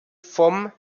vom